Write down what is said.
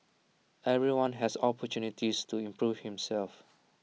everyone has opportunities to improve himself